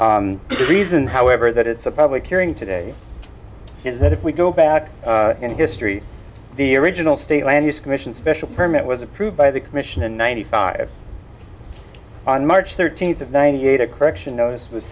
extension reason however that it's a public hearing today is that if we go back in history the original state land use commission special permit was approved by the commission in ninety five on march thirteenth of ninety eight a correction notice was